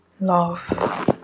love